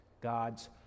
God's